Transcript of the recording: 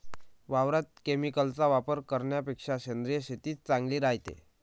वावरात केमिकलचा वापर करन्यापेक्षा सेंद्रिय शेतीच चांगली रायते